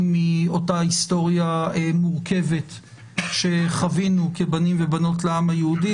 מאותה היסטוריה מורכבת שחווינו כבנים ובנות לעם היהודי,